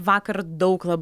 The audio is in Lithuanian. vakar daug labai